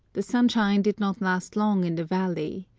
the sunshine did not last long in the valley.